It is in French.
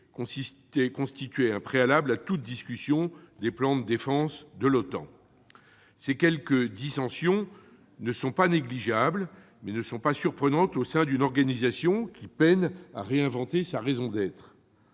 constituait un préalable à toute discussion sur les plans de défense de l'OTAN. Ces quelques dissensions ne sont pas négligeables, mais elles ne sont pas surprenantes au sein d'une organisation qui peine à réinventer sa raison d'être.